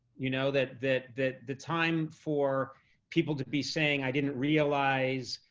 you know, that the that the time for people to be saying, i didn't realize,